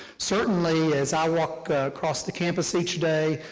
certainly, as i walk across the campus each day,